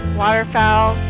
waterfowl